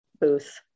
booth